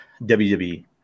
WWE